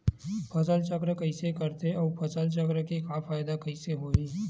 फसल चक्र कइसे करथे उ फसल चक्र के फ़ायदा कइसे से होही?